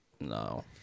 No